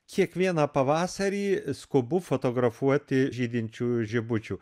kiekvieną pavasarį skubu fotografuoti žydinčių žibučių